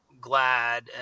glad